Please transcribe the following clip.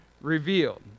revealed